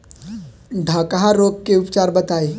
डकहा रोग के उपचार बताई?